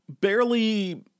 barely